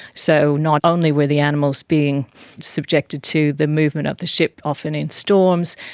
so not only were the animals being subjected to the movement of the ship often in storms,